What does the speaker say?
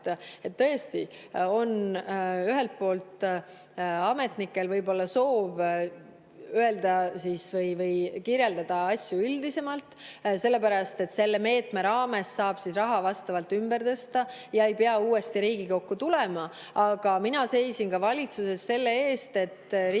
Tõesti on ühelt poolt ametnikel võib-olla soov öelda või kirjeldada asju üldisemalt, sellepärast et selle meetme raames saab raha vastavalt ümber tõsta ja ei pea uuesti Riigikokku tulema. Aga mina seisin valitsuses selle eest, et Riigikogu